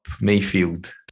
Mayfield